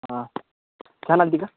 हां छान आहे ना तिथं